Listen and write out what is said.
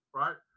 right